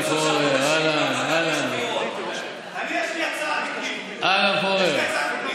אני לא שבוע פה, איציק.